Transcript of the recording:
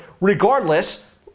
regardless